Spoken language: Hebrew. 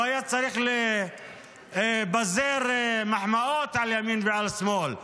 לא היה צריך לפזר מחמאות על ימין ועל שמאל.